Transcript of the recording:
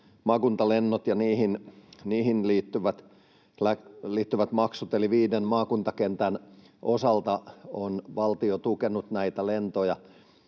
maakuntalennot ja niihin liittyvät maksut, eli viiden maakuntakentän osalta on valtio tukenut näitä lentoja.